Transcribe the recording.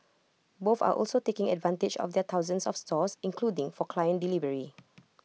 both are also taking advantage of their thousands of stores including for client delivery